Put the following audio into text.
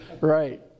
Right